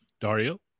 Dario